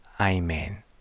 Amen